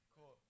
Cool